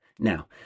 Now